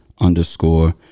underscore